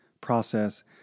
process